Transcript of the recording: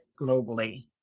globally